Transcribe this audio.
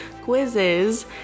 Quizzes